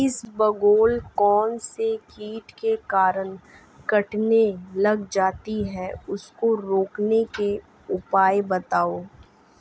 इसबगोल कौनसे कीट के कारण कटने लग जाती है उसको रोकने के उपाय बताओ?